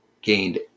gained